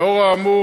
לאור האמור,